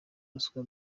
ruswa